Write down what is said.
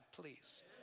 please